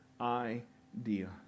idea